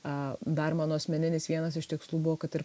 a dar mano asmeninis vienas iš tikslų buvo kad ir